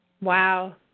Wow